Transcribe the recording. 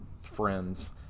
friends